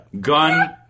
Gun